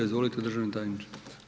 Izvolite državni tajniče.